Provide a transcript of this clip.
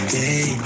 day